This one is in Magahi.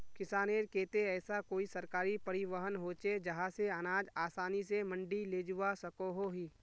किसानेर केते ऐसा कोई सरकारी परिवहन होचे जहा से अनाज आसानी से मंडी लेजवा सकोहो ही?